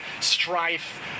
strife